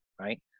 right